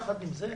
יחד עם זה,